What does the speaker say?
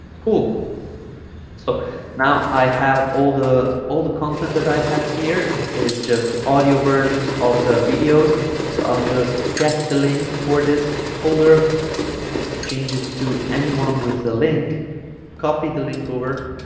cool so now i have all the all the content that i have here it's just the audio versions of the videos so i'll just get the link for this folder change it to anyone with a link copy the link over